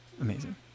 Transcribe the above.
Amazing